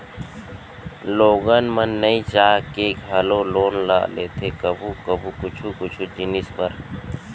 लोगन मन नइ चाह के घलौ लोन ल लेथे कभू कभू कुछु कुछु जिनिस बर